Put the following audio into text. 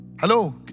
Hello